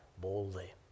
boldly